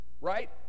right